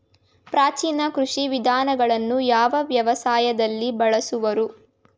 ಪ್ರಾಚೀನ ಕೃಷಿ ವಿಧಾನಗಳನ್ನು ಯಾವ ವ್ಯವಸಾಯದಲ್ಲಿ ಬಳಸುವರು?